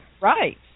Right